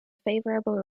favourable